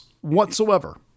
whatsoever